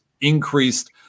increased